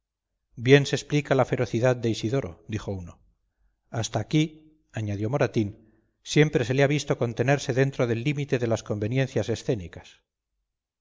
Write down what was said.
bien se explica la ferocidad de isidoro dijo uno hasta aquí añadió moratín siempre se le ha visto contenerse dentro del límite de las conveniencias escénicas